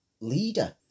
leader